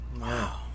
Wow